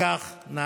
כך נהגתי.